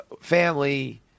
family